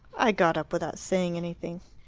i got up without saying anything.